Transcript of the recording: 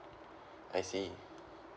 I see